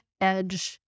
edge